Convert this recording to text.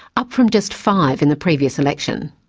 up from just five in the previous election.